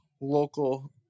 local